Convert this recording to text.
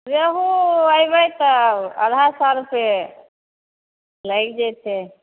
रेहु अयबै तऽ अढ़ाइ सए रुपे लागि जेतै